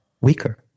weaker